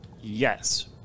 Yes